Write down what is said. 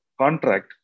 contract